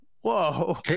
whoa